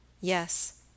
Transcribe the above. Yes